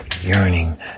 yearning